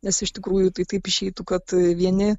nes iš tikrųjų tai taip išeitų kad vieni